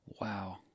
Wow